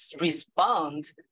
respond